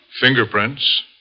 Fingerprints